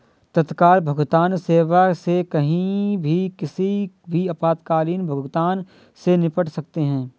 तत्काल भुगतान सेवा से कहीं भी किसी भी आपातकालीन भुगतान से निपट सकते है